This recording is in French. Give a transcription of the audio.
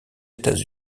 états